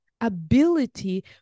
ability